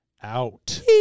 out